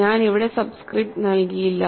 ഞാൻ അവിടെ സബ്സ്ക്രിപ്റ്റ് നൽകിയില്ല